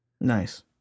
Nice